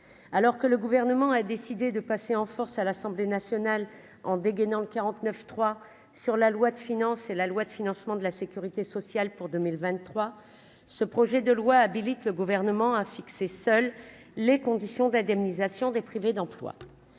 alors que le gouvernement a décidé de passer en force à l'Assemblée nationale en dégainant le 49 3 sur la loi de finances et la loi de financement de la Sécurité sociale pour 2023, ce projet de loi habilite le gouvernement a fixé, seuls les conditions d'indemnisation des privés d'emploi,